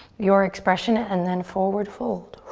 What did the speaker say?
your expression and then forward fold.